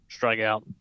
strikeout